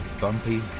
bumpy